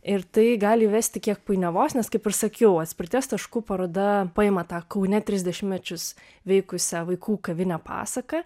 ir tai gali įvesti kiek painiavos nes kaip ir sakiau atspirties tašku paroda paima tą kaune tris dešimtmečius veikusią vaikų kavinę pasaka